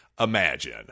Imagine